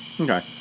Okay